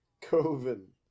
Coven